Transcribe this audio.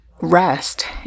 rest